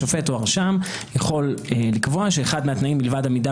השופט או הרשם יכול לקבוע שאחד התנאים לבד מעמידה